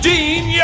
Dean